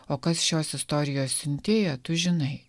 o kas šios istorijos siuntėja tu žinai